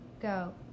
go